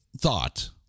thought